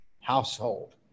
household